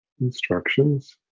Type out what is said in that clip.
instructions